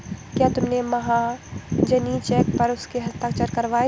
क्या तुमने महाजनी चेक पर उसके हस्ताक्षर करवाए थे?